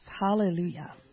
hallelujah